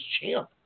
champ